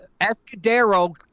Escudero